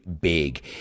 big